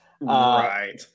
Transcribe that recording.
Right